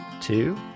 two